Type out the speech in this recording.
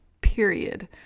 period